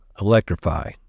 Electrify